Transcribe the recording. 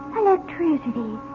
electricity